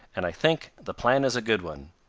and i think the plan is a good one,